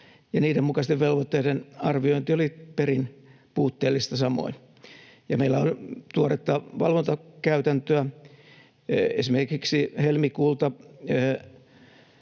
mukaisten velvoitteiden arviointi oli perin puutteellista samoin. Meillä on tuoretta valvontakäytäntöä, esimerkiksi helmikuulta